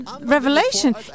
Revelation